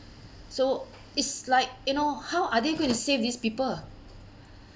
so it's like you know how are they going to save these people